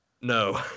No